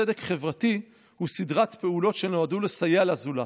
צדק חברתי הוא סדרת פעולות שנועדו לסייע לזולת.